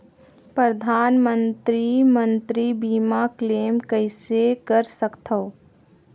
परधानमंतरी मंतरी बीमा क्लेम कइसे कर सकथव?